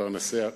פרנסיה,